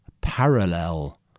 parallel